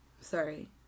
Sorry